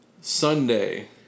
Sunday